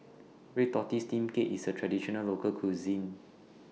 Red Tortoise Steamed Cake IS A Traditional Local Cuisine